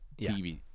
TV